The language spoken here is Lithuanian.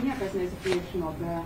niekas nesipriešino be